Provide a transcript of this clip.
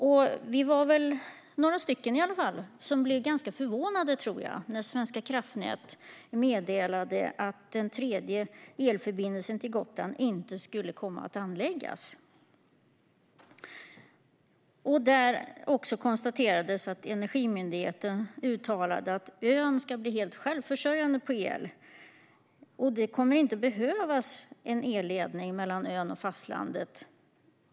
Jag tror att vi var alla fall några stycken som blev ganska förvånade när Svenska kraftnät meddelade att den tredje elförbindelsen till Gotland inte skulle komma att anläggas. Energimyndigheten uttalade att ön ska bli helt självförsörjande på el och att det om 20 år inte kommer att behövas en elledning mellan ön och fastlandet.